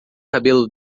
cabelo